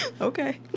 Okay